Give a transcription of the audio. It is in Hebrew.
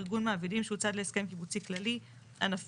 ארגון מעבידים שהוא צד להסכם קיבוצי כללי ענפי